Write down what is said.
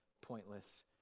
pointless